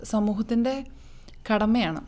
സമൂഹത്തിൻ്റെ കടമയാണ്